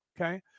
Okay